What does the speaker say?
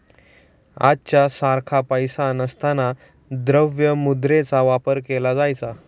आजच्या सारखा पैसा नसताना द्रव्य मुद्रेचा वापर केला जायचा